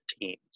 teams